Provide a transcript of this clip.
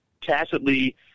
tacitly